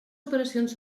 operacions